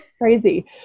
Crazy